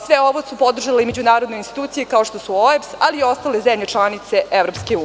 Sve ovo su podržale i međunarodne institucije kao što su OEBS, i ostale zemlje članice EU.